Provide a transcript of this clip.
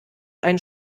einen